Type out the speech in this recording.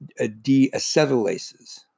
deacetylases